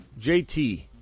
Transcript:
JT